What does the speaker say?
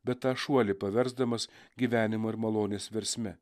bet tą šuolį paversdamas gyvenimo ir malonės versme